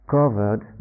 covered